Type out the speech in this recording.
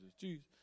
Jesus